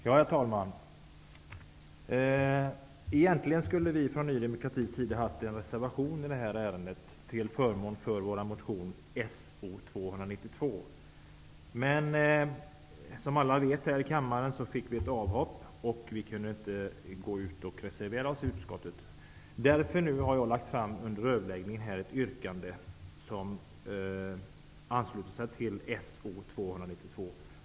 Herr talman! Egentligen skulle vi ha haft en reservation från Ny demokratis sida i detta ärende till förmån för vår motion So292. Men som alla här i kammaren vet drabbades vi av ett avhopp och därför kunde vi inte reservera oss i utskottet. Därför har jag under överläggningen lagt fram ett yrkande som ansluter sig till motion So292.